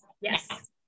Yes